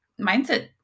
mindset